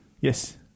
Yes